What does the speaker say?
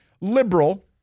liberal